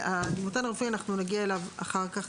ואנחנו נגיע לדימותן הרפואי אחר כך,